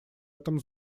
этом